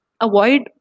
avoid